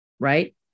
right